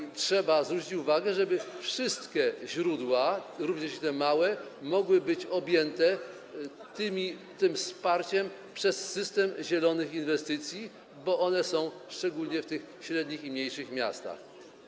I trzeba zwrócić uwagę, żeby wszystkie źródła, również i te małe, mogły być objęte wsparciem przez system zielonych inwestycji, bo one są szczególnie w tych średnich i mniejszych miastach.